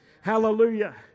Hallelujah